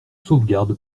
sauvegarde